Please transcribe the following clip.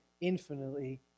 infinitely